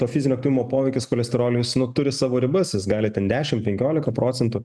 to fizinio aktyvumo poveikis cholesteroliui jis nu turi savo ribas jis gali ten dešim penkiolika procentų